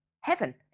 heaven